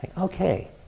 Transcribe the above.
okay